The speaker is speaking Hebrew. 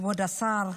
כבוד השר,